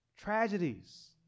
tragedies